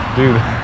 Dude